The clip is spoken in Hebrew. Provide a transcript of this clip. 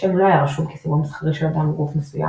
השם לא היה רשום כסימן מסחרי של אדם או גוף מסוים,